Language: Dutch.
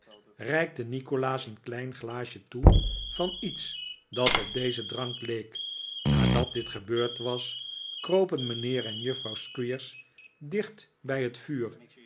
noggs een klein glaasje toe van iets dat op dezen drank leek nadat dit gebeurd was kropen mijnheer en juffrouw squeers dicht bij het vuur